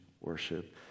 worship